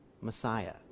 Messiah